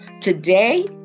Today